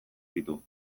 ditu